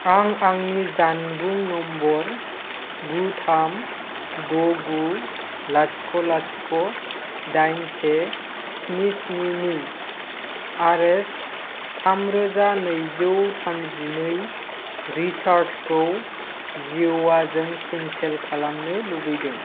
आं आंनि जानबुं नम्बर गु थाम द गु लाथिख लाथिख दाइन से स्नि स्नि नि आरो थाम रोजा ब्रैजौ थामजिनै रिसार्जखौ जिय'आजों केनसेल खालामनो लुबैदों